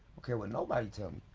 care what nobody tell me.